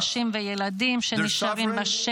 הנשים והילדים החפים מפשע